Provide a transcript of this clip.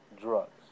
drugs